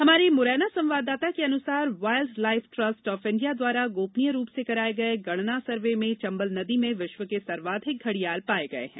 हमारे मुरैना संवाददाता के अनुसार wild life trust of India व्दारा गोपनीय रूप से कराये गये गणना सर्वे में चंबल नदी में विश्व के सर्वाधिक घडियाल पाये गये हैं